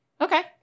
Okay